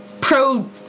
pro